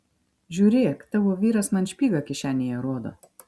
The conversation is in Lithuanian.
žiūrėk tavo vyras man špygą kišenėje rodo